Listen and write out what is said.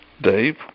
Dave